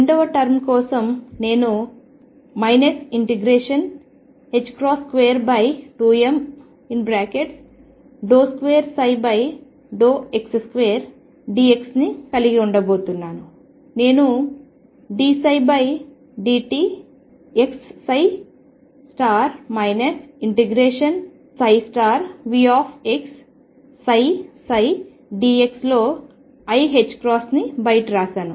రెండవ టర్మ్ కోసం నేను 22m2x2dx ని కలిగి ఉండబోతున్నాను నేను dψdtx ∫Vxψψdx లో iℏని బయట రాశాను